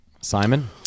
Simon